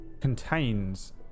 contains